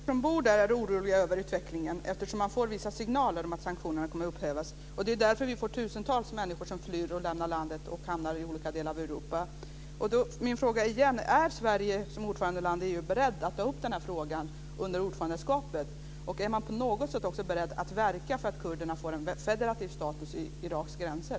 Fru talman! Alla som bor där är oroliga över utvecklingen eftersom de får vissa signaler om att sanktionerna kommer att upphävas. Det är därför som tusentals människor flyr, lämnar landet och hamnar i olika delar av Europa. Min fråga igen: Är Sverige som ordförandeland i EU berett att ta upp den här frågan under ordförandeskapet? Är man på något sätt också beredd att verka för att kurderna får en federativ stat vid Iraks gränser?